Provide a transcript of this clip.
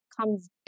comes